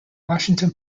washington